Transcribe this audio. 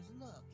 look